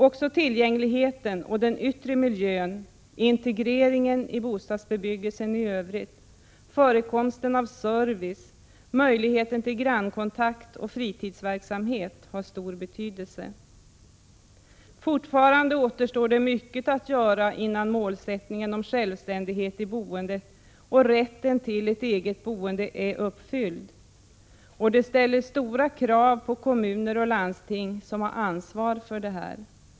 Också tillgängligheten och den yttre miljön, integreringen i bostadsbebyggelsen i övrigt, förekomsten av service, möjligheten till grannkontakt och fritidsverksamhet har stor betydelse. Fortfarande återstår det mycket att göra innan målet om självständighet i boendet och rätten till ett eget boende är uppfyllt. Och det ställer stora krav på kommuner och landsting som har ansvar för detta.